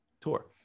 tour